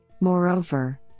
Moreover